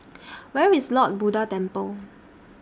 Where IS Lord Buddha Temple